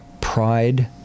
pride